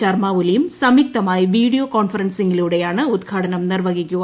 ശർമ്മ ഒലിയും സംയുക്തമായി വീഷ്ടുയോ കോൺഫറൻസിങ്ങിലൂടെയാണ് ഉദ്ഘ്പാട്നും നിർവ്വഹിക്കുക